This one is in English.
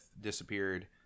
disappeared